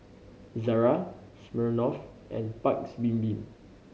Zara Smirnoff and Paik's Bibim